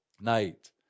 night